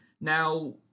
Now